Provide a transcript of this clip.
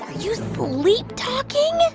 ah you sleep talking?